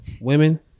women